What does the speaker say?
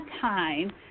time